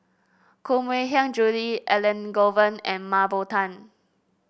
Koh Mui Hiang Julie Elangovan and Mah Bow Tan